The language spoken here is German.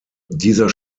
dieser